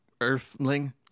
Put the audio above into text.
earthling